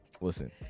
Listen